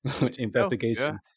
investigation